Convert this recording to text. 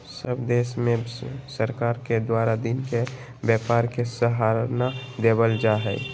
सब देश में सरकार के द्वारा दिन के व्यापार के सराहना देवल जा हइ